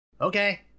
Okay